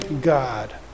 God